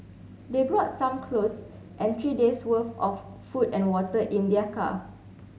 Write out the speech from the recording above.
they brought some clothes and three days worth of food and water in their car